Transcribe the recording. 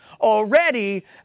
already